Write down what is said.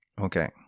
Okay